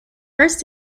first